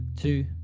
two